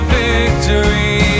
victory